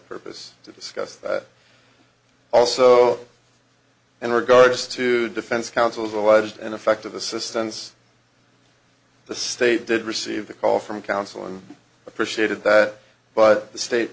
purpose to discuss that also in regards to defense counsel's alleged in effect of assistance the state did receive the call from counsel and appreciated that but the state